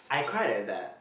I cried at that